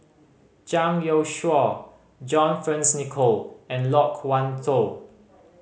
Zhang Youshuo John Fearns Nicoll and Loke Wan Tho